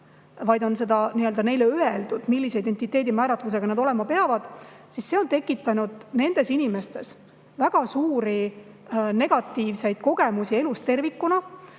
määratlus ning neile on öeldud, millise identiteedi määratlusega nad olema peavad, siis see on tekitanud nendes inimestes väga suuri negatiivseid kogemusi elus tervikuna.